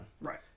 Right